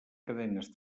cadenes